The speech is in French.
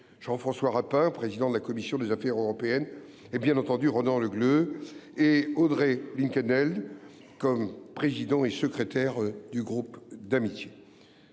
Jean François Rapin, président de la commission des affaires européennes, ainsi que bien entendu Ronan Le Gleut et Audrey Linkenheld, respectivement président et secrétaire du groupe d’amitié